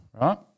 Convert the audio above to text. right